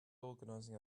organizing